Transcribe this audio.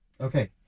Okay